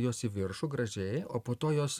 jos į viršų gražiai o po to jos